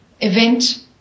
event